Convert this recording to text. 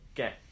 get